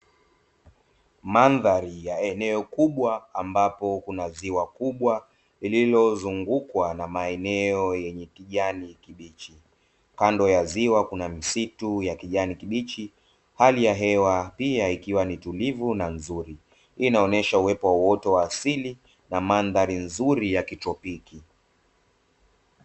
Mandhari ya eneo kubwa ambapo kuna ziwa kubwa lililozungukwa na maeneo yenye kijani kibichi kando ya ziwa kuna misitu ya kijani kibichi, hali ya hewa pia ikiwa ni tulivu na nzuri hii inaonyesha uwepo uwoto wa asili na mandhari nzuri ya kitropiki.